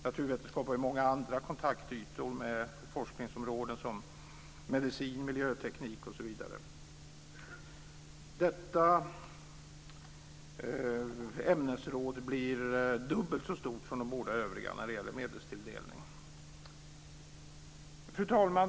Naturvetenskap har många andra kontaktytor med forskningsområden, som medicin, miljöteknik m.m. Detta ämnesråd blir dubbelt så stort som de båda övriga när det gäller medelstilldelning. Fru talman!